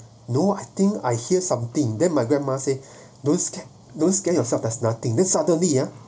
no I think I hear something then my grandma say don't don't scare yourself does nothing then suddenly ah